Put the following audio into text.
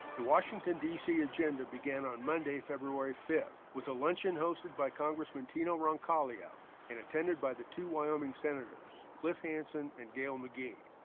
the washington, d c. agenda began on monday, february fifth, with a luncheon hosted by congressman teno roncalio, and attended by the two wyoming senators, cliff hansen and gale mcgee.